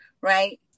right